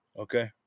Okay